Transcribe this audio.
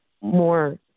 more